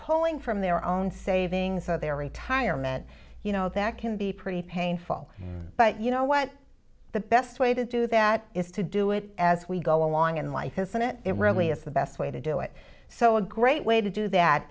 polling from their own savings at their retirement you know that can be pretty painful but you know what the best way to do that is to do it as we go along in life isn't it it really is the best way to do it so a great way to do that